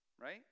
right